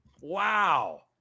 wow